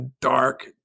dark